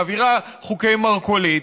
מעבירה חוקי מרכולים,